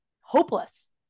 hopeless